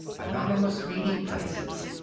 anonymous meeting places,